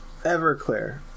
Everclear